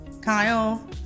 Kyle